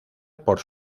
por